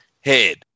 head